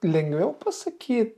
lengviau pasakyt